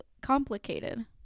complicated